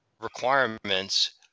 requirements